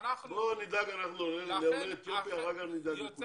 אנחנו נדאג לעולי אתיופיה ואחר כך נדאג לכולם.